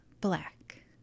black